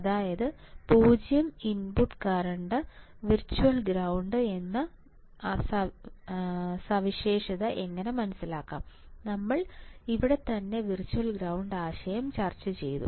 അതായത് 0 input current virtual ground എന്ന സവിശേഷത എങ്ങനെ മനസ്സിലാക്കാം ഞങ്ങൾ ഇവിടെത്തന്നെ വിർച്വൽ ഗ്രൌണ്ട് ആശയം ചർച്ചചെയ്തു